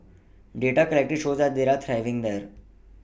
data collected shows that they are thriving there